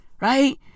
right